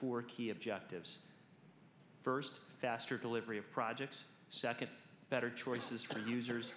poor key objectives first faster delivery of projects second better choices for users